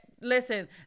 listen